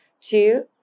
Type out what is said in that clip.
Two